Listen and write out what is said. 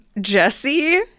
Jesse